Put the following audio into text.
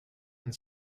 and